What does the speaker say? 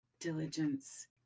diligence